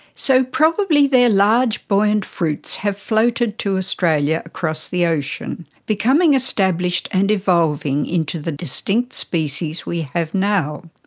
so probably their large buoyant fruits have floated to australia across the ocean, becoming established and evolving into the distinct species we have now.